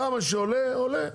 כמה שעולה עולה.